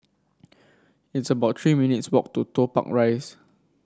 it's about Three minutes' walk to Toh Tuck Rise